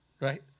right